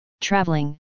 traveling